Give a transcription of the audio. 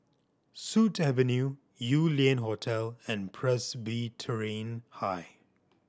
Sut Avenue Yew Lian Hotel and Presbyterian High